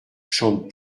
chante